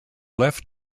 left